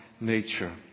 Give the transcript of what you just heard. nature